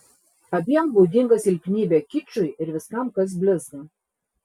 abiem būdinga silpnybė kičui ir viskam kas blizga